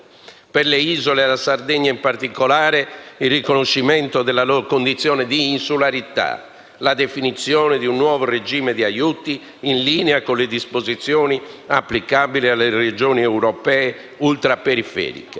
particolare per la Sardegna, chiediamo il riconoscimento della loro condizione di insularità, la definizione di un nuovo regime di aiuti in linea con le disposizioni applicabili alle regioni europee ultraperiferiche.